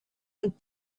und